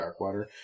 Darkwater